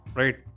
right